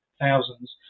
thousands